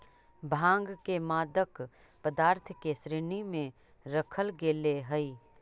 भाँग के मादक पदार्थ के श्रेणी में रखल गेले हइ